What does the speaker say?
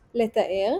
לתאר,